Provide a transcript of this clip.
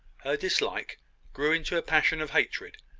dislike grew into a passion of hatred.